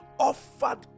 Offered